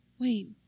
Wait